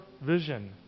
vision